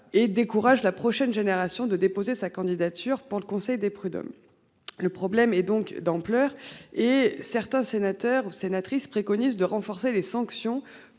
et décourage la prochaine génération de déposer sa candidature pour le conseil des prud'hommes. Le problème est donc d'ampleur et certains sénateurs ou sénatrices préconise de renforcer les sanctions